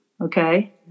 okay